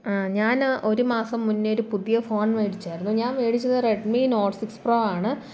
ഞാന് ഒരു മാസം മുന്നേ ഒരു പുതിയ ഫോൺ മേടിച്ചായിരുന്നു ഞാൻ മേടിച്ചത് റെഡ്മി നോട്ട് സിക്സ് പ്രോ ആണ്